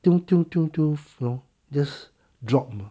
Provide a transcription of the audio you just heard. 丢丢丢丢 flow just drop 吗